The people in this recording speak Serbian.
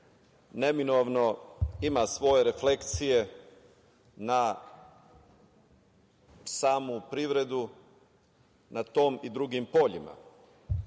neminovno ima svoje refleksije na samu privredu na tom i drugim poljima.